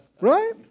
right